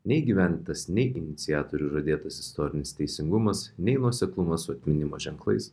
neįgyvendintas nei iniciatorių žadėtas istorinis teisingumas nei nuoseklumas su atminimo ženklais